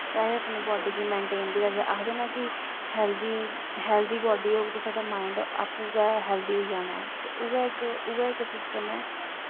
तां अस अपनी ब़ाड्डी गी मेन्टेन बी रखदे आखदे नां कि हैल्दी बॉड्डी होग ते साढ़ा माईंड़ गै हैल्दी होई जाना ऐ ते उऐ इक सिस्टम ऐ